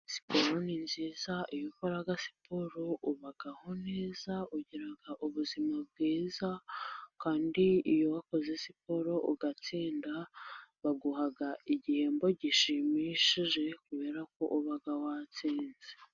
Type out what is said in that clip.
Siporo ni nziza, iyo ukora siporo ubaho neza, ugira ubuzima bwiza, kandi iyo wakoze siporo ugatsinda baguha igihembo gishimishije kubera ko uba watsinze.